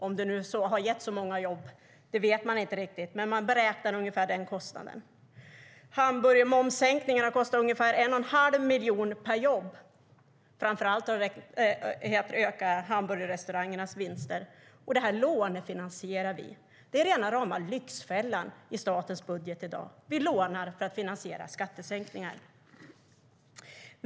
Om det nu har gett så många jobb - det vet man inte riktigt, men man beräknar ungefär den kostnaden. Hamburgermomssänkningen har kostat ungefär 1 1⁄2 miljon per jobb. Framför allt har den ökat hamburgerrestaurangernas vinster. Det här lånefinansierar vi. Det är rena rama lyxfällan i statens budget i dag.